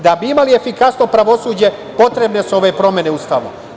Da bi imali efikasno pravosuđe potrebne su ove promene Ustava.